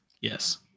yes